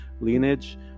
lineage